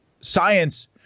Science